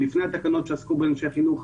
תקנות שעסקו באנשי חינוך.